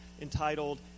entitled